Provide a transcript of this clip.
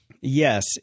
Yes